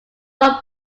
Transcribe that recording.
one